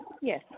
Yes